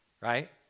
right